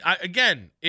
again